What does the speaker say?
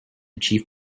chief